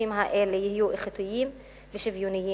שהשירותים האלה יהיו איכותיים ושוויוניים.